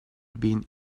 been